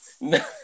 No